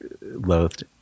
loathed